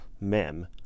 Mem